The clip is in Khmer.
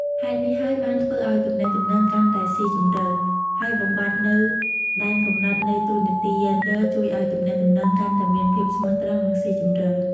ហេតុនេះហើយបានធ្វើឲ្យទំនាក់ទំនងកាន់តែស៊ីជម្រៅ ហើយបំបាត់នូវដែនកំណត់នៃតួនាទីយេនឌ័រជួយឱ្យទំនាក់ទំនងកាន់តែមាន ភាពស្មោះត្រង់ និង ស៊ីជម្រៅ។